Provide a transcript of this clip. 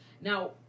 now